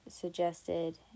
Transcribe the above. suggested